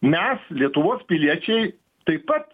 mes lietuvos piliečiai taip pat